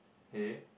okay